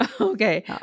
Okay